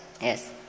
yes